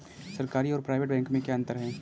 सरकारी और private bank में क्या अंतर है?